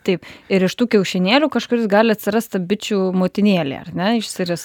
taip ir iš tų kiaušinėlių kažkuris gali atsirasti bičių motinėlė ar ne išsiris